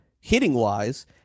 hitting-wise